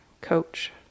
coach